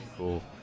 Cool